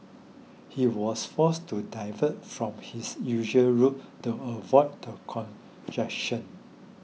he was forced to divert from his usual route to avoid the congestion